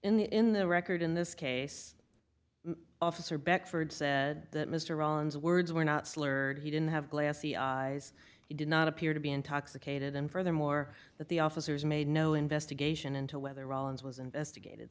so in the record in this case officer beck for that mr ron's words were not slurred he didn't have glassy eyes he did not appear to be intoxicated and furthermore that the officers made no investigation into whether rollins was investigated